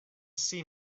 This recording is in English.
see